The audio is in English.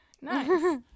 nice